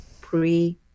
pre